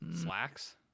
slacks